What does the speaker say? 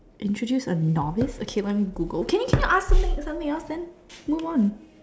introduce a novice okay let me Google can you can you ask something something else then move on